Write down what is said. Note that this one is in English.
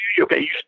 okay